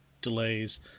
Delays